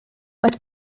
but